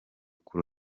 kuri